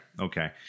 okay